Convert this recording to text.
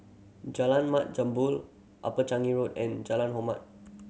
Jalan Mat Jambol Upper Changi Road and Jalan Hormat